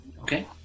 Okay